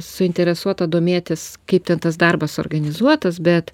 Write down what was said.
suinteresuota domėtis kaip ten tas darbas organizuotas bet